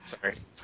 Sorry